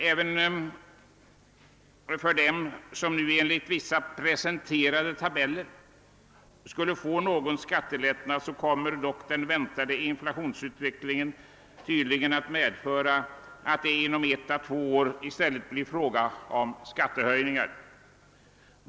Även för dem som nu enligt vissa presenterade tabeller skulle få en viss skattelättnad kommer den väntade inflationsutvecklingen tydligen att medföra att det inom ett å två år i stället blir fråga om skattehöjningar.